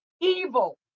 evil